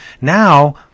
Now